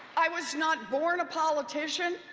i was not born a politician,